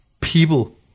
people